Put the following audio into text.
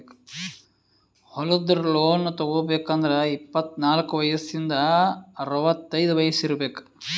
ಹೊಲದ್ ಲೋನ್ ತಗೋಬೇಕ್ ಅಂದ್ರ ಇಪ್ಪತ್ನಾಲ್ಕ್ ವಯಸ್ಸಿಂದ್ ಅರವತೈದ್ ವಯಸ್ಸ್ ಇರ್ಬೆಕ್